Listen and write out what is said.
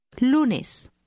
Lunes